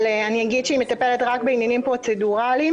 אני אגיד שהיא מטפלת רק בעניינים פרוצדורליים,